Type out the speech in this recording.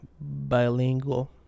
bilingual